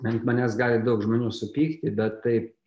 ant manęs gali daug žmonių supykti bet taip